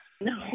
no